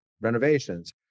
renovations